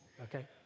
Okay